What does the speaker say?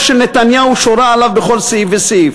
של נתניהו שורה עליו בכל סעיף וסעיף.